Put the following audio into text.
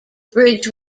bridge